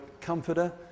comforter